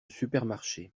supermarché